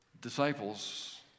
Disciples